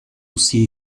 see